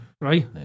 Right